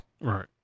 Right